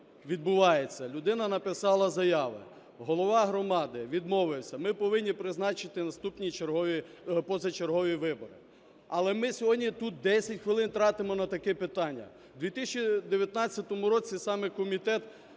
відбувається? Людина написала заяви, голова громади відмовився – ми повинні призначити наступні чергові, позачергові вибори. Але ми сьогодні тут 10 хвилин тратимо на таке питання. В 2019 році саме комітет,